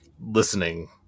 listening